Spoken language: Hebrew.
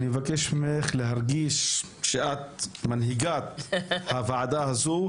אני מבקש ממך להרגיש שאת מנהיגת הוועדה הזאת.